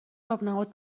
آبنبات